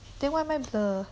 then why am I blur